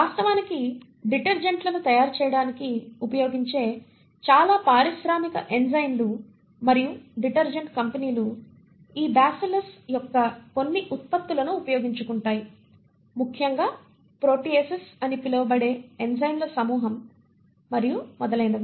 వాస్తవానికి డిటర్జెంట్లను తయారు చేయడానికి ఉపయోగించే చాలా పారిశ్రామిక ఎంజైమ్లు మరియు డిటర్జెంట్ కంపెనీలు ఈ బాసిల్లస్ యొక్క కొన్ని ఉత్పత్తులను ఉపయోగించుకుంటాయి ముఖ్యంగా ప్రోటీసెస్ అని పిలువబడే ఎంజైమ్ల సమూహం మరియు మొదలగునవి